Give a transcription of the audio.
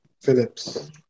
Phillips